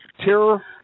terror